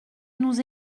nous